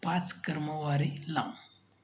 पाच क्रमवारी लाव